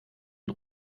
und